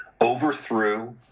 overthrew